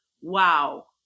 Wow